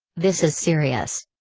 this is serious.